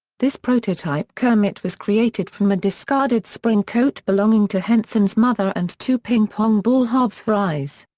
this prototype kermit was created from a discarded spring coat belonging to henson's mother and two ping pong ball halves for eyes.